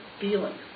feelings